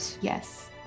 Yes